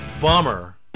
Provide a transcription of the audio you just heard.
bummer